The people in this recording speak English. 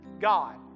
God